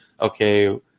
okay